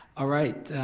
ah right,